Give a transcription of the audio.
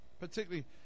particularly